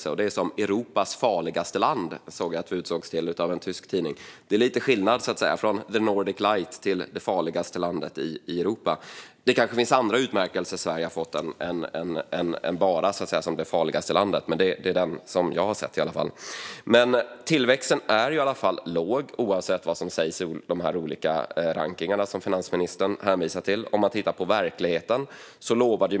Jag såg att vi utsågs till Europas farligaste land av en tysk tidning. Det är lite skillnad mellan The Nordic Light och det farligaste landet i Europa. Det kanske finns andra utmärkelser som Sverige har fått än bara den som det farligaste landet, men det är den som jag har sett. Sett till verkligheten är i alla fall tillväxten låg, oavsett vad som sägs i de olika rankningar som finansministern hänvisar till.